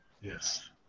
Yes